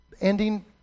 ending